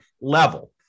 level